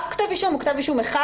אף כתב אישום או כתב אישום אחד,